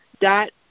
dot